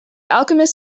alchemist